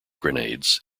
grenades